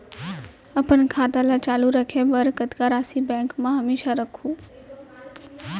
अपन खाता ल चालू रखे बर कतका राशि बैंक म हमेशा राखहूँ?